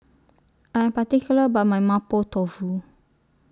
I Am particular about My Mapo Tofu